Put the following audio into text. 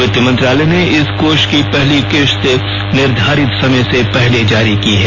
वित्त मंत्रालय ने इस कोष की पहली किस्त निर्धारित समय से पहले जारी की है